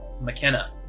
McKenna